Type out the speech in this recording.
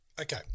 okay